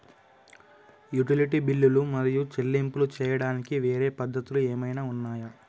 Utility బిల్లులు మరియు చెల్లింపులు చేయడానికి వేరే పద్ధతులు ఏమైనా ఉన్నాయా?